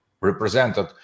represented